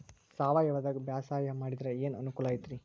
ಸಾವಯವದಾಗಾ ಬ್ಯಾಸಾಯಾ ಮಾಡಿದ್ರ ಏನ್ ಅನುಕೂಲ ಐತ್ರೇ?